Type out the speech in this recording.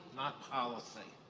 not policy